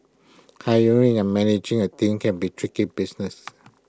hiring and managing A team can be tricky business